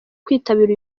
kwitabira